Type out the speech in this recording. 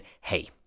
hey